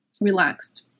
relaxed